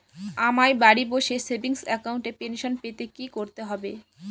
আমায় বাড়ি বসে সেভিংস অ্যাকাউন্টে পেনশন পেতে কি কি করতে হবে?